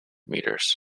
meters